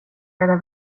rädda